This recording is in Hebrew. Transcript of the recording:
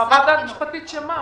חוות דעת משפטית של מה?